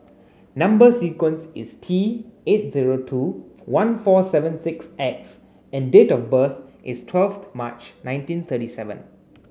number sequence is T eight zero two one four seven six X and date of birth is twelfth March nineteen thirty seven